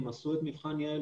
אם עשו את מבחן יע"ל,